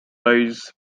days